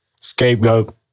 Scapegoat